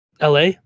LA